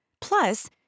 Plus